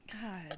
god